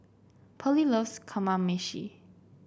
Pearly loves Kamameshi